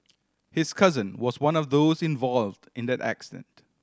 his cousin was one of those involved in that accident